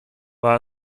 war